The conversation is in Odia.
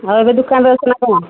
ଆଉ ଏବେ ଦୋକାନରେ ଅଛ ନା କ'ଣ